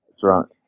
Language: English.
drunk